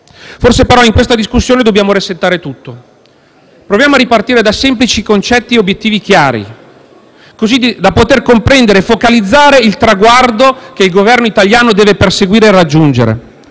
Forse, però, in questa discussione dobbiamo resettare tutto. Proviamo a ripartire da semplici concetti e obiettivi chiari, così da poter comprendere e focalizzare il traguardo che il Governo italiano deve perseguire e raggiungere.